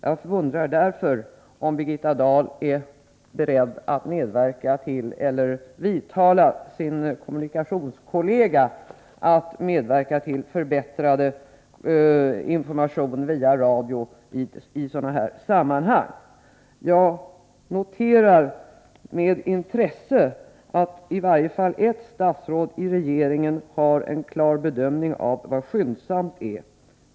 Jag undrar därför om Birgitta Dahl är beredd att medverka till, eller vidtala sin kommunikationskollega att medverka till, förbättrad information via radio i sådana här sammanhang. Jag noterar med intresse att i varje fall ett statsråd i regeringen har en klar bedömning av vad ”skyndsamt” är.